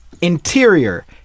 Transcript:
Interior